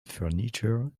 furniture